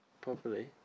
Properly